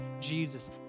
Jesus